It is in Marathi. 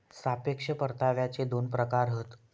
सापेक्ष परताव्याचे दोन प्रकार हत